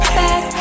back